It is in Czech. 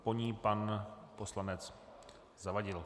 Po ní pan poslanec Zavadil.